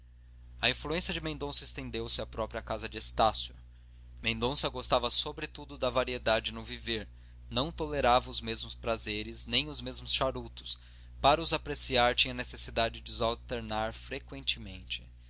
a influência de mendonça estendeu-se à própria casa de estácio mendonça gostava sobretudo da variedade no viver não tolerava os mesmos prazeres nem os mesmos charutos para os apreciar tinha necessidade de os alternar freqüentemente